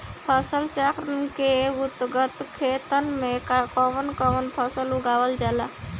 फसल चक्रण के अंतर्गत खेतन में कवन कवन फसल उगावल जाला?